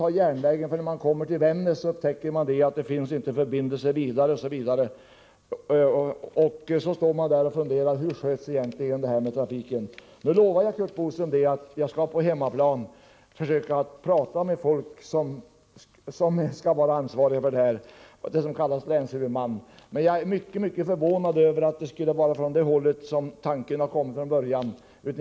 Det gör människor som har kommit till Vännäs och upptäcker att det inte finns vidare förbindelser utan blir stående där. De funderar över hur trafiken egentligen sköts. Jag lovar Curt Boström att jag på hemmaplan skall försöka prata med de ansvariga, dvs. länshuvudmännen. Jag är mycket förvånad över uppgiften att tanken på indragningar från början skulle ha kommit från det hållet.